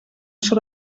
sol